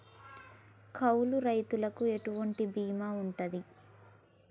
కౌలు రైతులకు ఎటువంటి బీమా ఉంటది?